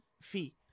fee